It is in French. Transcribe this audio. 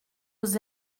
aux